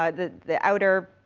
ah the the outer,